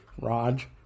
Raj